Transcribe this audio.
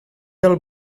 del